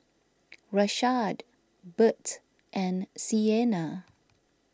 Rashaad Burt and Siena